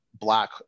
black